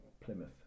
Plymouth